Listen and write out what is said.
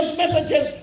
messages